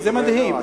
זה מדהים,